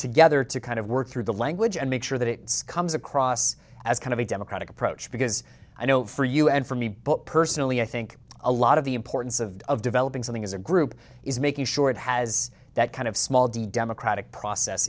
together to kind of work through the language and make sure that it comes across as kind of a democratic approach because i know for you and for me but personally i think a lot of the importance of of developing something as a group is making sure it has that kind of small d democratic process